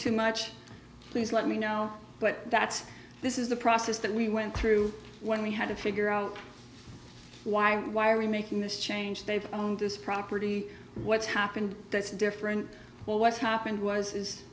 too much please let me know but that's this is the process that we went through when we had to figure out why why are we making this change they've owned this property what's happened that's different well what happened was is